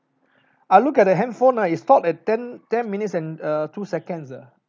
I look at the handphone ah it stop at ten ten minutes and uh two seconds ah